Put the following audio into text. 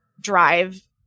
drive